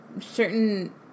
certain